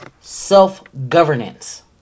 self-governance